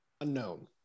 Unknown